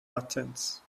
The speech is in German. latenz